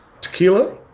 tequila